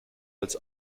als